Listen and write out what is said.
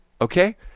okay